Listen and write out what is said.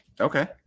okay